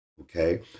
Okay